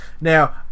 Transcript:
Now